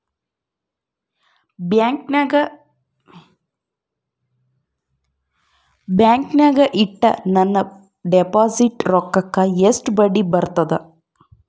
ಬ್ಯಾಂಕಿನಾಗ ಇಟ್ಟ ನನ್ನ ಡಿಪಾಸಿಟ್ ರೊಕ್ಕಕ್ಕ ಎಷ್ಟು ಬಡ್ಡಿ ಬರ್ತದ?